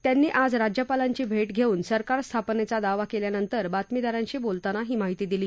त्यांनी आज राज्यपालांची भेट घेऊन सरकार स्थापनेचा दावा केल्यानंतर बातमीदारांशी बोलताना ही माहिती दिली